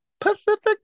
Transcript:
Pacific